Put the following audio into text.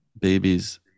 babies